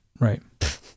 Right